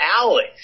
alex